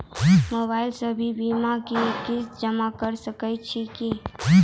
Mobile से भी बीमा के किस्त जमा करै सकैय छियै कि?